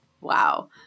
Wow